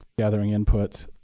gathering input.